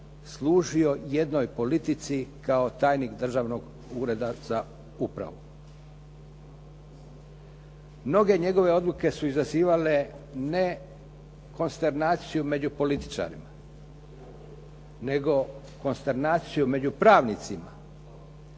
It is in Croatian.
služio jednoj politici kao tajnik državnog ureda za upravu. Mnoge njegove odluke su izazivale ne konsternaciju među političarima nego konsternaciju među pravnicima.